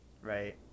Right